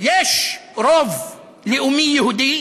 יש רוב לאומי יהודי